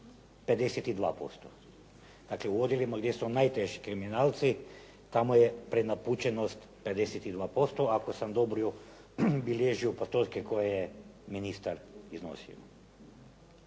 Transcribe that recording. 52%. Dakle u odjelima gdje su najteži kriminalci tamo je prenapučenost 52%, ako sam dobro bilježio postotke koje je ministar iznosio.